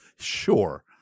Sure